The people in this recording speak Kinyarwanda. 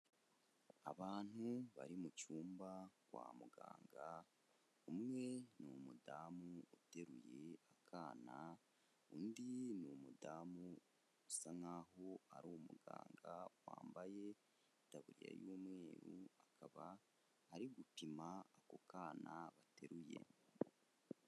Abantu bari mu cyumba kwa muganga, umwe ni umudamu uteruye akana, undi ni umudamu usa nk'aho ari umuganga wambaye itaburiya y'umweru, akaba ari gupima ako kana bateruye.